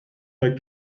black